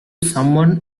someone